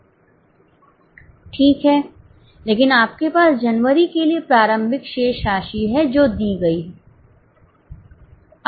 ठीक है लेकिन आपके पास जनवरी के लिए प्रारंभिक शेष राशि है जो दी गई है